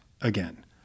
again